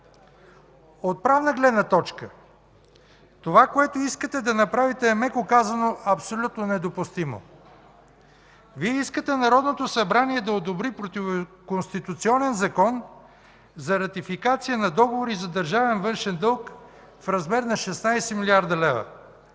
От правна гледна точка това, което искате да направите е, меко казано, абсолютно недопустимо. Вие искате Народното събрание да одобри противоконституционен Закон за ратификация на договори за държавен външен дълг в размер на 16 млрд. лв.,